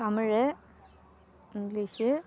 Tamil English